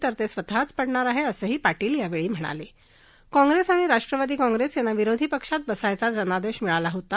तर तऱ्वितःच पडणार आहा असंही पाटील यावरी म्हणाल काँग्रस्तआणि राष्ट्रवादी काँग्रस्तयांना विरोधी पक्षात बसण्याचा जनादक्षमिळाला होता